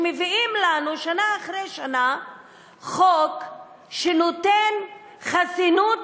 שמביאים לנו שנה אחרי שנה חוק שנותן חסינות